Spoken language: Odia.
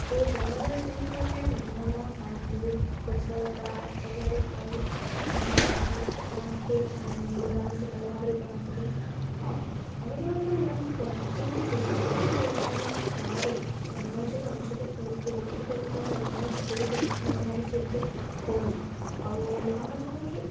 ଓ ଗ୍ରାମାଞ୍ଚଳରେ ଯେମିତି ଗୋଟିଏ ମନ ଶାନ୍ତି ଗଛଲତା ସବୁଆଡ଼େ ଥାଏ ମନ ଶାନ୍ତି ସମସ୍ତେ ମିଲାମିଶି ଭଲ ଭାବରେ କରନ୍ତି ହଁ ସହରରେ ମଧ୍ୟ ମିଲାମିଶି କରନ୍ତି କିନ୍ତୁ ଯେ ଯେତିକି ପରିମାଣରେ ଆମ ଗାଁରେ ଗ୍ରାମାଞ୍ଚଳ ଅଞ୍ଚଳରେ ଯେମିତିକି ଯେତିକି ପରିମାଣରେ ଆମେ ମିଲାମିଶି କରୁଛୁ ସେଠାରେ ମିଲାମିଶି ହେତେ ହେଉନି ଆଉ ଆମ ଜୀବନରେ